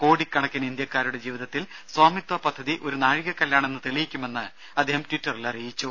കോടിക്കണക്കിന് ഇന്ത്യക്കാരുടെ ജീവിതത്തിൽ സ്വാമിത്വ പദ്ധതി ഒരു നാഴികക്കല്ലാണെന്ന് തെളിയിക്കുമെന്ന് അദ്ദേഹം ട്വിറ്ററിൽ അറിയിച്ചു